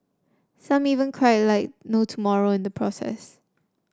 some even cried like no tomorrow in the process